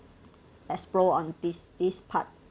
explore on this this part